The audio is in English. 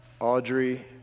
Audrey